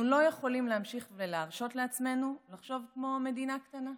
אנחנו לא יכולים להמשיך להרשות לעצמנו לחשוב כמו מדינה קטנה.